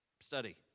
study